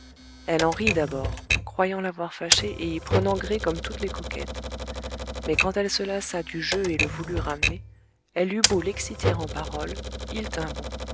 elle en rit d'abord croyant l'avoir fâché et y prenant gré comme toutes les coquettes mais quand elle se lassa du jeu et le voulut ramener elle eut beau l'exciter en paroles il tint bon